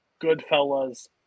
Goodfellas